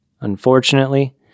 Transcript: Unfortunately